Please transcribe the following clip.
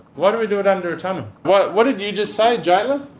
why do we do it under a tunnel? what what did you just say, jaylin?